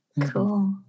Cool